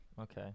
okay